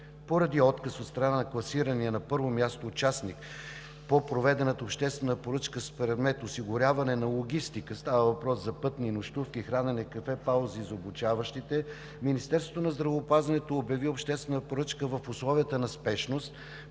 Поради отказ от страна на класирания на първо място участник по проведената обществена поръчка с предмет „Осигуряване на логистика“, става въпрос за пътни, нощувки, хранене, кафе паузи за обучаващите, Министерството на здравеопазването обяви обществена поръчка в условията на спешност,